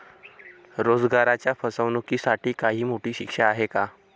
रोजगाराच्या फसवणुकीसाठी काही मोठी शिक्षा आहे का?